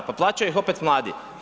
Pa plaćaju ih opet mladi.